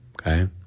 Okay